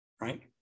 right